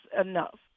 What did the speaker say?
enough